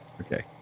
Okay